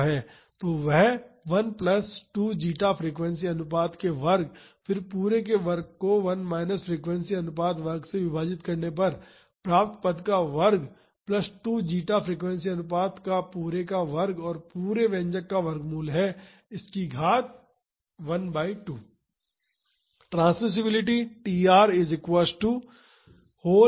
तो वह 1 plus 2 zeta frequency अनुपात के वर्ग फिर पूरे के वर्ग को 1 माइनस फ्रीक्वेंसी अनुपात वर्ग से विभाजित करने पर प्राप्त पद का वर्ग प्लस 2 जेटा फ्रीक्वेंसी अनुपात का पूरे का वर्ग और पूरे व्यंजक का वर्गमूल है इसकी घात 1 बाई 2